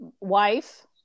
wife